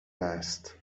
است